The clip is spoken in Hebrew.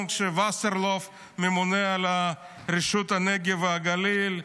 והדרום כשווסרלאוף ממונה על רשות הנגב והגליל,